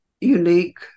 unique